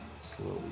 slowly